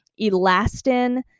Elastin